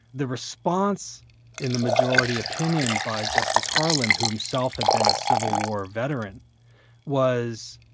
the response in the majority opinion by justice harlan who himself had been a civil war veteran was,